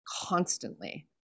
constantly